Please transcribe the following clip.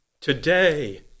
Today